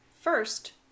First